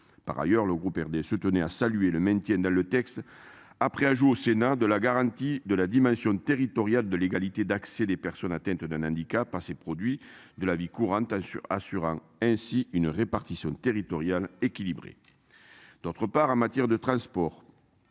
Par ailleurs, le groupe RDSE tenait à saluer le maintiennent dans le texte après ajout au Sénat de la garantie de la dimension territoriale de l'égalité d'accès des personnes atteintes d'un handicap par ces produits de la vie courante assure assurant ainsi une répartition territoriale équilibrée. D'autre part en matière de transport.